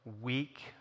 weak